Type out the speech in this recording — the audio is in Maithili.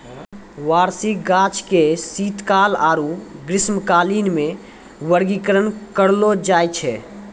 वार्षिक गाछ के शीतकाल आरु ग्रीष्मकालीन मे वर्गीकरण करलो जाय छै